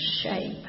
shape